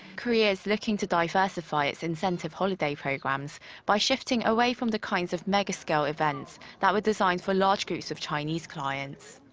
korea is looking to diversify its incentive holiday programs by shifting away from the kinds of mega-scale events that were designed for large groups of chinese clients.